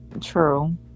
True